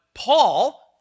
Paul